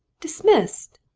dismissed!